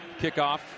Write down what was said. kickoff